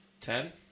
Ten